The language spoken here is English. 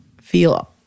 feel